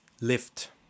lift